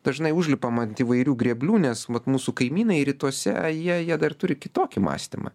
dažnai užlipam ant įvairių grėblių nes vat mūsų kaimynai rytuose jie jie dar turi kitokį mąstymą